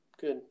Good